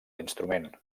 l’instrument